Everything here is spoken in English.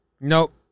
Nope